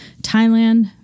Thailand